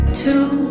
two